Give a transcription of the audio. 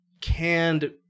canned